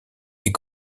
est